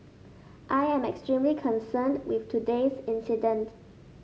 I am extremely concerned with today's incident